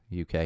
UK